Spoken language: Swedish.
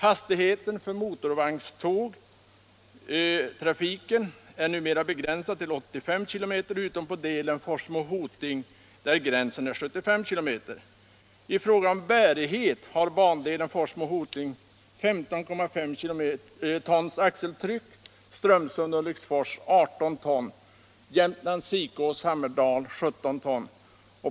Hastigheten för motorvagnstrafiken är numera begränsad till 85 km t. I fråga om bärighet har bandelen Forsmo-Hoting 15,5 tons axeltryck, Strömsund —-Ulriksfors 18 ton, Jämtlands Sikås-Hammerdal 17 ton.